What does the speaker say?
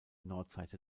nordseite